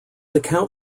account